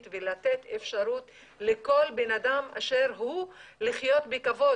ולתת אפשרות לכל בן אדם באשר הוא לחיות בכבוד.